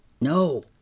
No